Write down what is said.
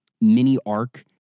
mini-arc